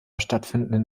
stattfindenden